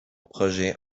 projet